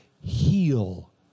heal